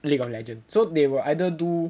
League of Legends so they will either do